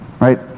Right